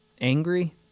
angry